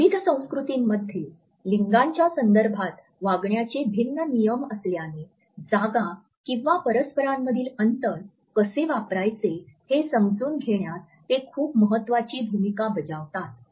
विविध संस्कृतींमध्ये लिंगांच्या संदर्भात वागण्याचे भिन्न नियम असल्याने जागा किंवा परस्परांमधील अंतर कसे वापरायचे हे समजून घेण्यात ते खूप महत्वाची भूमिका बजावतात